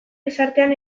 gizartean